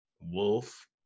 Wolf